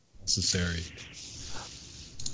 necessary